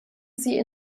sie